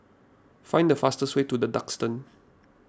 find the fastest way to the Duxton